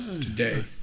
today